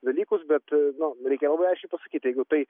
dalykus bet nu reikia labai aiškiai pasakyti jeigu tai